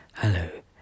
Hello